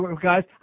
guys